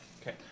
Okay